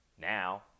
now